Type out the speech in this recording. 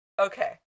Okay